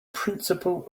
principle